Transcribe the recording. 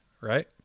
right